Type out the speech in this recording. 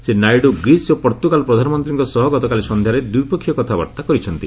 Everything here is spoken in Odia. ଶ୍ରୀ ନାଇଡୁ ଗ୍ରୀସ୍ ଓ ପର୍ତ୍ତୁଗାଲ୍ ପ୍ରଧାନମନ୍ତ୍ରୀଙ୍କ ସହ ଗତକାଲି ସନ୍ଧ୍ୟାରେ ଦ୍ୱିପକ୍ଷୀୟ କଥାବାର୍ତ୍ତା କରିଛନ୍ତି